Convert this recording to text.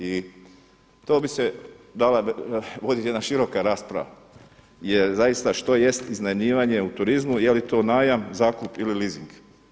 I to bi se dalo voditi jedna široka rasprava jer zaista što jest iznajmljivanje u turizmu, jeli to najam, zakup ili leasing.